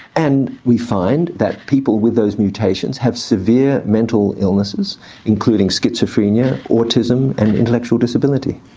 and we find that people with those mutations have severe mental illnesses including schizophrenia, autism and intellectual disability.